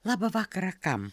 labą vakarą kam